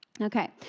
Okay